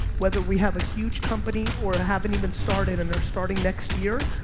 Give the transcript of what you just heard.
whether we have a huge company or haven't even started and are starting next year,